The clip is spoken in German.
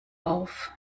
auf